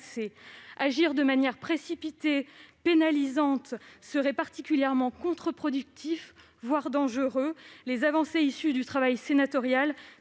Agir de manière précipitée et pénalisante serait particulièrement contre-productif, voire dangereux. Grâce au travail sénatorial,